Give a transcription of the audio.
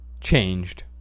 changed